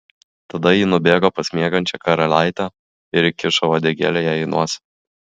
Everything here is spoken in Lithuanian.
tada ji nubėgo pas miegančią karalaitę ir įkišo uodegėlę jai į nosį